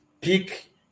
pick